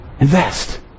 Invest